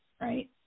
right